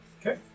Okay